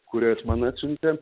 kurią is man atsiuntė